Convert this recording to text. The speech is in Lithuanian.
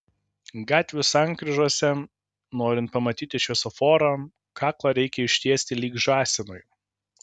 gatvių sankryžose norint pamatyti šviesoforą kaklą reikia ištiesti lyg žąsinui